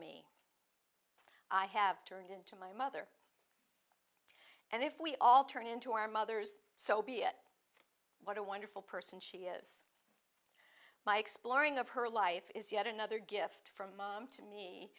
me i have turned into my mother and if we all turn into our mothers so be it what a wonderful person she is by exploring of her life is yet another gift from to me